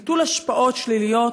נטול השפעות שליליות,